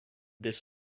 this